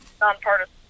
nonpartisan